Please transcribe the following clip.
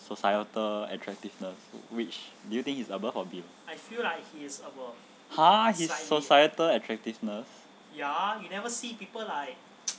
societal attractiveness which do you think he is above or below !huh! his societal attractiveness